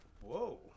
whoa